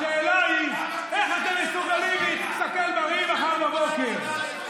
השאלה היא איך אתם מסוגלים להסתכל בראי מחר בבוקר.